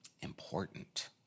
important